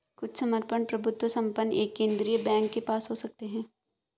कुछ सम्पूर्ण प्रभुत्व संपन्न एक केंद्रीय बैंक के पास हो सकते हैं